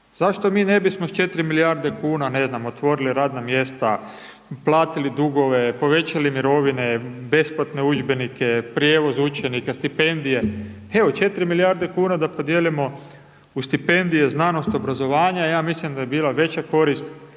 Zašto mi ne bismo s 4 milijarde kuna, ne znam, otvorili radna mjesta, platili dugove, povećali mirovine, besplatne udžbenike, prijevoz učenika, stipendije, evo 4 milijarde kuna da podijelimo u stipendije, znanost, obrazovanje, ja mislim da bi bila veća korist